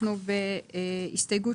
הסתייגות